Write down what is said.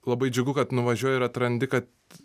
labai džiugu kad nuvažiuoji ir atrandi kad